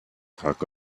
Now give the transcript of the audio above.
talk